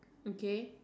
okay